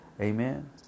Amen